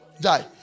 die